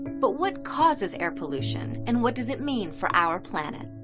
but what causes air pollution? and what does it mean for our planet?